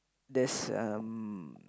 there's um